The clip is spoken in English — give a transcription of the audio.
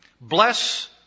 Bless